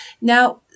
Now